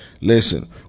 Listen